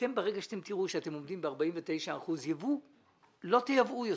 ברגע שתראו שאתם עומדים ב-49% יבוא לא תייבאו יותר.